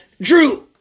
Drew